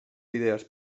idees